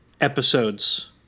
episodes